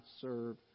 serve